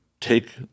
take